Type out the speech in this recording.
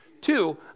Two